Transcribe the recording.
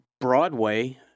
Broadway